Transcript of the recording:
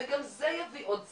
וגם זה יביא עוד צעירים.